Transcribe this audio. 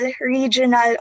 regional